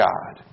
God